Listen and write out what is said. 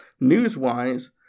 news-wise